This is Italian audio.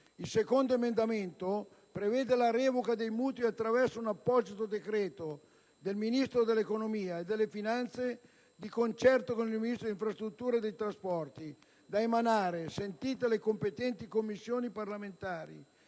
Il secondo emendamento prevede invece la revoca dei mutui attraverso un apposito decreto del Ministro dell'economia e delle finanze, di concerto con il Ministro delle infrastrutture e dei trasporti, da emanare sentite le competenti Commissioni parlamentari,